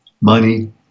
money